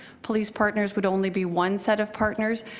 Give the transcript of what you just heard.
police partners would only be one set of partners.